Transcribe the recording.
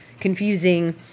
confusing